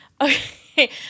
Okay